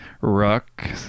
Ruck